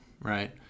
right